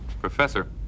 Professor